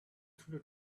through